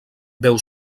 veu